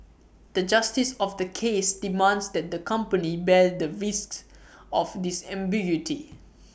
the justice of the case demands that the company bear the risk of this ambiguity